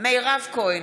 מירב כהן,